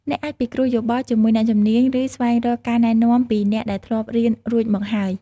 អ្នកអាចពិគ្រោះយោបល់ជាមួយអ្នកជំនាញ ឬស្វែងរកការណែនាំពីអ្នកដែលធ្លាប់រៀនរួចមកហើយ។